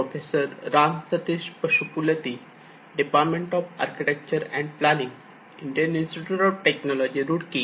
माझे नाव राम सतीश आहे मी assistant professor department of architecture and planning Indian institute of technology Roorkee